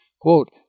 Quote